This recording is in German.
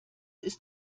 ist